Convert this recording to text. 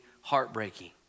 heartbreaking